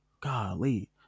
golly